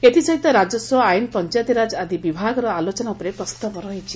ଏଥିସହିତ ରାକ୍ୟସ୍ୱ ଆଇନ୍ ପଞ୍ଞାୟତରାଜ ଆଦି ବିଭାଗର ଆଲୋଚନା ଉପରେ ପ୍ରସ୍ତାବ ରହିଛି